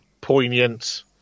Poignant